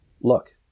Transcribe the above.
look